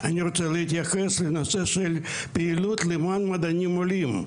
אני רוצה להתייחס לנושא של פעילות למען מדענים עולים.